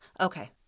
Okay